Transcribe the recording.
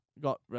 got